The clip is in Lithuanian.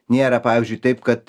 nėra pavyzdžiui taip kad